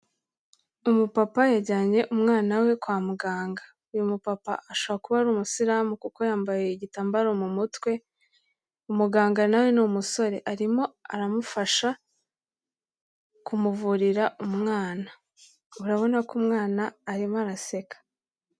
Umupapa yajyanye umwana we kwa muganga, uyu mu papa ashobora kuba ari umusilamu kuko yambaye igitambaro mu mutwe, umuganga nawe ni umusore arimo aramufasha kumuvurira umwana urabona ko umwana arimo araseka.